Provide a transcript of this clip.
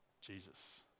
Jesus